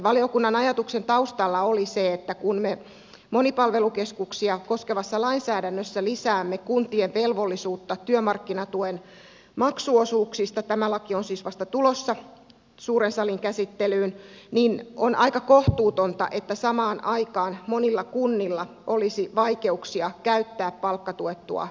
valiokunnan ajatuksen taustalla oli se että kun me monipalvelukeskuksia koskevassa lainsäädännössä lisäämme kuntien velvollisuutta työmarkkinatuen maksuosuuksista tämä laki on siis vasta tulossa suuren salin käsittelyyn niin on aika kohtuutonta että samaan aikaan monilla kunnilla olisi vaikeuksia käyttää palkkatuettua työtä